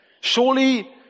Surely